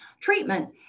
treatment